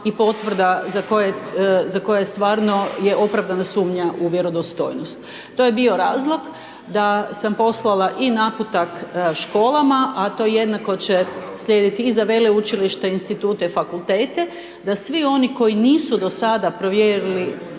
i potvrda za koje, za koje stvarno je opravdana sumnja u vjerodostojnost. To je bio razlog da sam poslala i naputak školama, a to jednako će slijediti i za veleučilišta, institute, fakultete, da svi oni koji nisu do sada provjerili